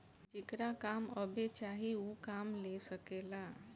जेकरा काम अब्बे चाही ऊ काम ले सकेला